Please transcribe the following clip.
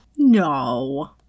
No